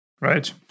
Right